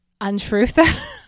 untruth